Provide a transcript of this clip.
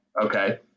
Okay